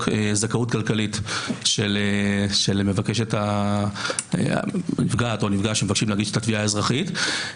זכאות כלכלית של הנפגע או הנפגעת שמבקשים להגיש את התביעה האזרחית.